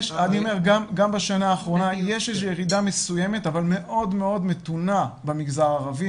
גם בשנה האחרונה יש ירידה מסוימת אבל מאוד מאוד מתונה במגזר הערבי,